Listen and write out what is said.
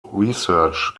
research